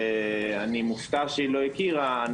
אני מופתע שהיא לא הכירה.